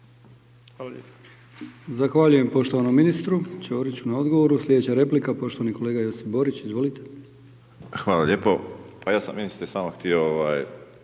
Hvala lijepo.